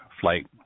flight